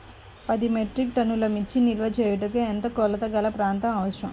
పది మెట్రిక్ టన్నుల మిర్చి నిల్వ చేయుటకు ఎంత కోలతగల ప్రాంతం అవసరం?